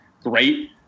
great